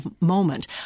moment